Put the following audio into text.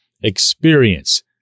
experience